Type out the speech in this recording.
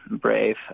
Brave